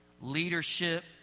Leadership